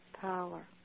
power